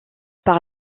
par